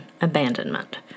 abandonment